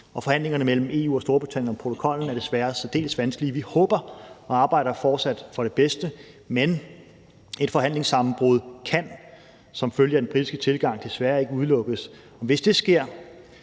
forhandlingerne mellem EU og Storbritannien om protokollen er desværre særdeles vanskelige. Vi håber på og arbejder fortsat for det bedste, men et forhandlingssammenbrud kan som følge af den britiske tilgang desværre ikke udelukkes. Hvis det sker,